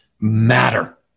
matter